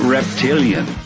Reptilian